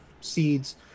seeds